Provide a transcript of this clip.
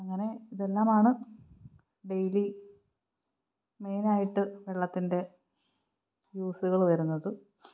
അങ്ങനെ ഇതെല്ലാമാണ് ഡെയിലി മെയിനായിട്ട് വെള്ളത്തിൻ്റെ യൂസുകള് വരുന്നത്